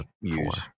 Use